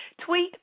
tweet